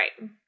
Right